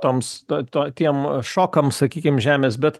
toms to to tiem šokams sakykim žemės bet